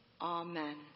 Amen